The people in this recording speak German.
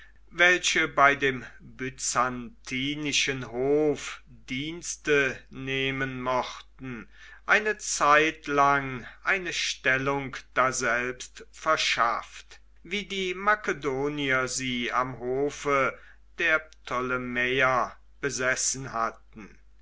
welche bei dem byzantinischen hof dienste nehmen mochten eine zeitlang eine stellung daselbst verschafft wie die makedonier sie am hofe der ptolemäer besessen hatten